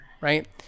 right